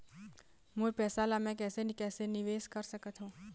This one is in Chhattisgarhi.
मोर पैसा ला मैं कैसे कैसे निवेश कर सकत हो?